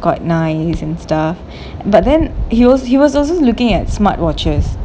quite nice and stuff but then he was he was also looking at smart watches